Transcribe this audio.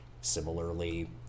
similarly